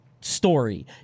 story